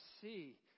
see